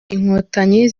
inkotanyi